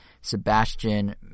Sebastian